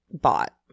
bought